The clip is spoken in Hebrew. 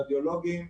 רדיולוגיים,